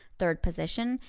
third position,